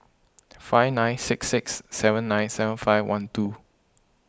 five nine six six seven nine seven five one two